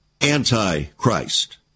Antichrist